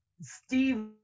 Steve